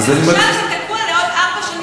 ועכשיו זה תקוע לארבע שנים נוספות.